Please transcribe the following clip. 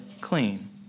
clean